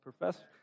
Professor